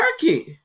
Turkey